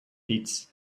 pits